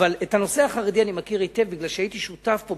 אבל את הנושא החרדי אני מכיר היטב כי הייתי שותף פה,